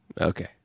Okay